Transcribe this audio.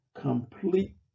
complete